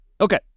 Okay